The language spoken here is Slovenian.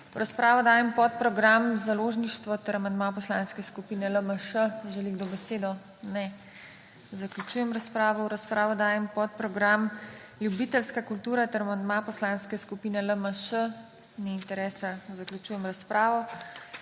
V razpravo dajem podprogram Založništvo ter amandma Poslanske skupine LMŠ. Želi kdo besedo? Ne. Zaključujem razpravo. V razpravo dajem podprogram Ljubiteljska kultura ter amandma Poslanske skupine LMŠ. Ni interesa. Zaključujem razpravo.